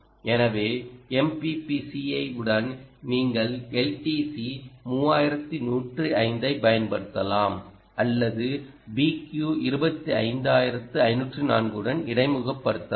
எனவே MPPCI உடன் நீங்கள் LTC3105 ஐப் பயன்படுத்தலாம் அல்லது BQ25504 உடன் இடைமுகப்படுத்தலாம்